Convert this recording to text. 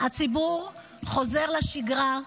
הציבור חוזר לשגרה,